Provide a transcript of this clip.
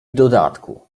dodatku